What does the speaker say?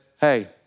hey